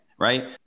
right